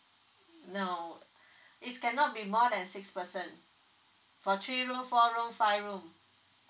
no it cannot be more than six person for three room four room five room